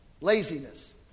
laziness